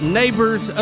neighbors